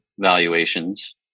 valuations